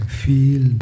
feel